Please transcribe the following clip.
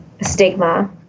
stigma